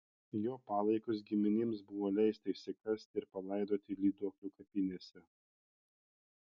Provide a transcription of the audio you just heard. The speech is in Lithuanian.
jo palaikus giminėms buvo leista išsikasti ir palaidoti lyduokių kapinėse